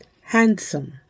handsome